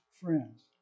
friends